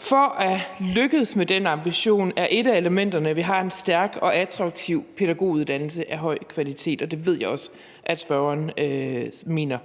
For at lykkes med den ambition er et af elementerne, at vi har en stærk og attraktiv pædagoguddannelse af høj kvalitet, og det ved jeg også at spørgeren mener.